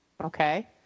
Okay